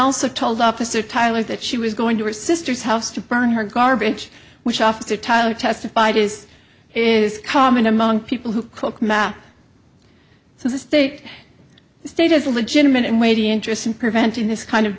also told officer tyler that she was going to her sister's house to burn her garbage which off to tyler testified is is common among people who cook map so the state the state has a legitimate and weighty interest in preventing this kind of